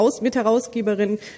Mitherausgeberin